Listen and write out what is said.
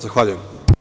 Zahvaljujem.